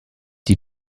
die